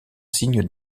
signe